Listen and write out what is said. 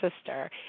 sister